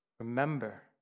Remember